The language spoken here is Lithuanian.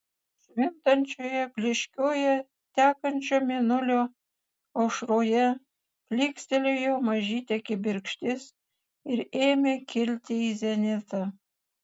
švintančioje blyškioje tekančio mėnulio aušroje plykstelėjo mažytė kibirkštis ir ėmė kilti į zenitą